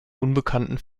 unbekannten